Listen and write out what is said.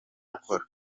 gukora